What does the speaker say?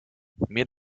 mir